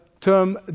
term